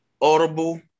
Audible